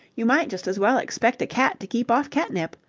you might just as well expect a cat to keep off catnip.